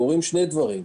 קורים שני דברים: